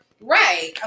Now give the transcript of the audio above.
Right